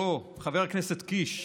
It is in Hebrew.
אוה, חבר הכנסת קיש.